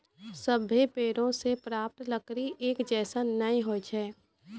सभ्भे पेड़ों सें प्राप्त लकड़ी एक जैसन नै होय छै